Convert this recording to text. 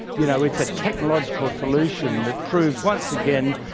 you know, it's a technological solution that prove, once again,